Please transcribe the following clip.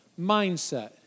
mindset